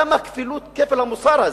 למה כפל המוסר הזה?